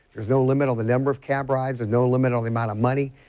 there is no limit on the number of cab rides and no limit on the amount of money,